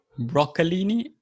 Broccolini